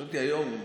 חשבתי שזה היום,